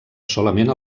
solament